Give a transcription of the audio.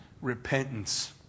repentance